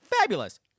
fabulous